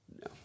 No